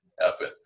happen